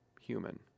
human